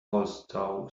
also